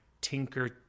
Tinker